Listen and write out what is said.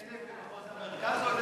1,000 במחוז המרכז או 1,000 בכל הארץ?